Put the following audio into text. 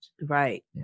right